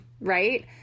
right